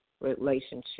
relationship